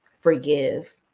forgive